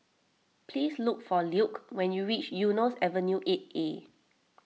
please look for Luke when you reach Eunos Avenue eight A